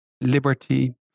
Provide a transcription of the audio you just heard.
liberty